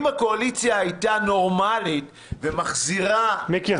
אם הקואליציה הייתה נורמלית ומחזירה --- מיקי,